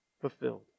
fulfilled